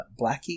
Blackie